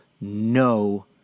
no